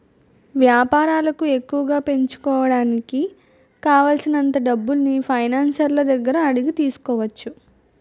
వేపారాలను ఎక్కువగా పెంచుకోడానికి కావాలిసినంత డబ్బుల్ని ఫైనాన్సర్ల దగ్గర అడిగి తీసుకోవచ్చు